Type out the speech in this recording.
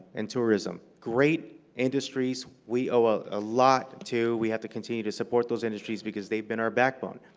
and tourism, great industries, we owe a ah lot to. we have to continue to support those industries because they've been our backbone.